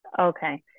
okay